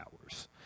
hours